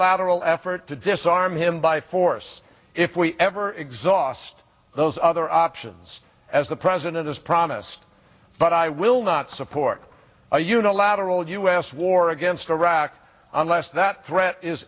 lateral effort to disarm him by force if we ever exhaust those other options as the president has promised but i will not support a unilateral u s war against iraq unless that threat is